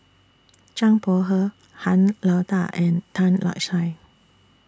Zhang Bohe Han Lao DA and Tan Lark Sye